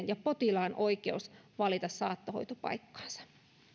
ja potilaan oikeus valita saattohoitopaikkansa